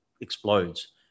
explodes